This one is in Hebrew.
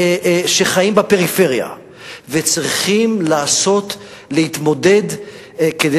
שחיים בפריפריה וצריכים להתמודד כדי